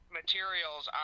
materials